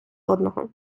одного